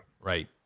Right